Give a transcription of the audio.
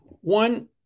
One